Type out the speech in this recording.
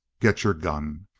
get your gun!